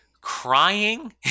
crying